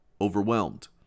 overwhelmed